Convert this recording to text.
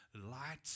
Light